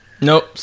nope